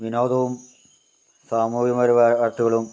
വിനോദവും സാമൂഹ്യപരമായ വാർത്തകളും